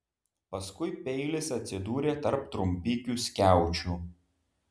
paskui peilis atsidūrė tarp trumpikių skiaučių